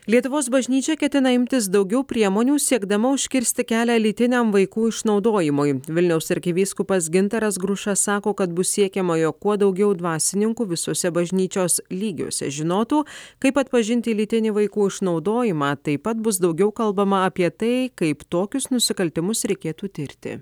lietuvos bažnyčia ketina imtis daugiau priemonių siekdama užkirsti kelią lytiniam vaikų išnaudojimui vilniaus arkivyskupas gintaras grušas sako kad bus siekiama jog kuo daugiau dvasininkų visose bažnyčios lygiuose žinotų kaip atpažinti lytinį vaikų išnaudojimą taip pat bus daugiau kalbama apie tai kaip tokius nusikaltimus reikėtų tirti